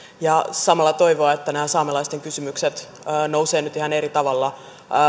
ja samalla toivoa että nämä saamelaisten kysymykset nousevat nyt ihan eri tavalla